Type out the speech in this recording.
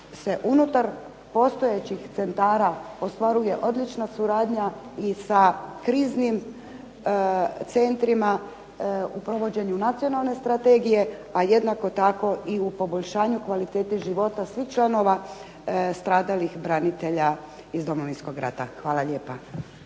unutar postojećih centara ostvaruje odlična suradnja i sa kriznim centrima u provođenju nacionalne strategije, a jednako tako i u poboljšanju kvalitete života svih članova stradalih branitelja iz Domovinskog rata. Hvala lijepa.